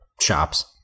shops